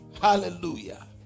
Hallelujah